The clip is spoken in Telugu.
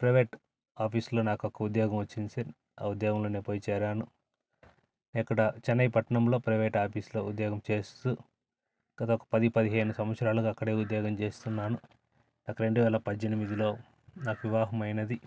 ప్రైవేట్ ఆఫీసులో నాకు ఒక ఉద్యోగం వచ్చింది సార్ ఆ ఉద్యోగంలో నేను పోయి చేరాను ఎక్కడ చెన్నై పట్టణంలో ప్రైవేట్ ఆఫీసులో ఉద్యోగం చేస్తు దాదాపు పది పదిహేను సంవత్సరాలుగా అక్కడే ఉద్యోగం చేస్తున్నాను రెండు వేల పద్దెనిమిదిలో నాకు వివాహమైనది